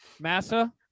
massa